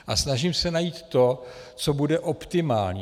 A snažím se najít to, co bude optimální.